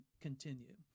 continue